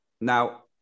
Now